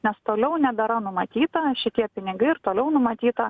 nes toliau nebėra numatyta šitie pinigai ir toliau numatyta